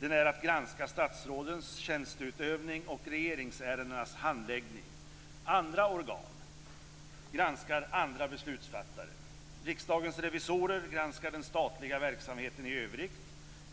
är att granska statsrådens tjänsteutövning och regeringsärendenas handläggning. Andra organ granskar andra beslutsfattare. Riksdagens revisorer granskar den statliga verksamheten i övrigt.